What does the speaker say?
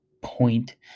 point